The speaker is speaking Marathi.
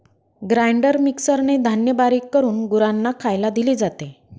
ग्राइंडर मिक्सरने धान्य बारीक करून गुरांना खायला दिले जाते